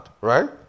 Right